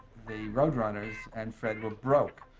road runners and fred were broke.